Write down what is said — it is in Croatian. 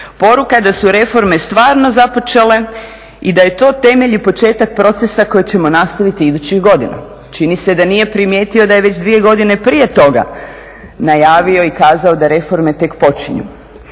poruka da su reforme stvarno započele i da je to temelj i početak procesa koji ćemo nastaviti idućih godina. Čini se da nije primijetio da je već 2 godini prije toga najavio i kazao da reforme tek počinju.